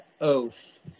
oath